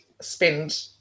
spend